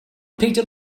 peter